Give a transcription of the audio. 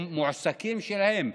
הם מועסקים שלהם.